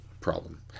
problem